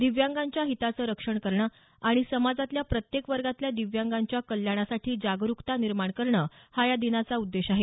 दिव्यांगांच्या हिताचं रक्षण करणं आणि समाजातल्या प्रत्येक वर्गातल्या दिव्यांगांच्या कल्याणासाठी जागरुकता निर्माण करणं हा या दिनाचा उद्देश आहे